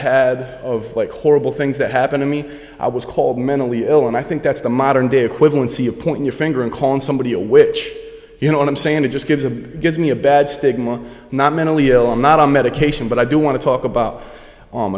of horrible things that happen to me i was called mentally ill and i think that's the modern day equivalent see you point your finger and calling somebody a witch you know what i'm saying and it just gives a gives me a bad stigma not mentally ill i'm not on medication but i do want to talk about